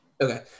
okay